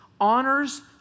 honors